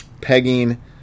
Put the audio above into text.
pegging